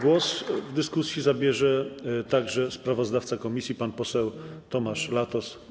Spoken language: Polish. Głos w dyskusji zabierze także sprawozdawca komisji pan poseł Tomasz Latos.